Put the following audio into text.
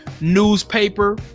newspaper